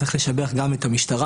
צריך לברך גם את המשטרה,